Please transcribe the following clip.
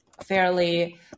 fairly